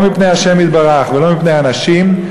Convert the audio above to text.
לא מפני השם יתברך ולא מפני אנשים,